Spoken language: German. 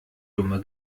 dumme